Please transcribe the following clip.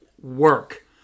work